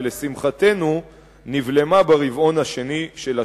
ולשמחתנו נבלמה ברבעון השני של השנה.